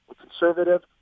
conservative